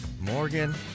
Morgan